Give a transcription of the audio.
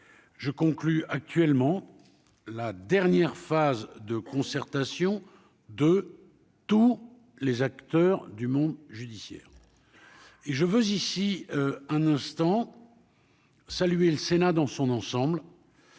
je conclus actuellement la dernière phase de concertation de tous les acteurs du monde judiciaire et je veux ici un instant saluer le Sénat dans son ensemble.